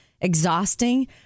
exhausting